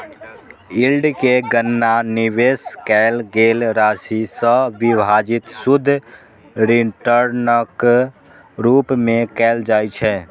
yield के गणना निवेश कैल गेल राशि सं विभाजित शुद्ध रिटर्नक रूप मे कैल जाइ छै